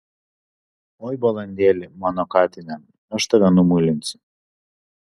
oi balandėli mano katine aš tave numuilinsiu